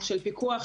של פיקוח,